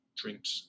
drinks